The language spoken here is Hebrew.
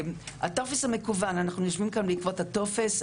הטופס המקוון אנחנו יושבים כאן בעקבות הטופס.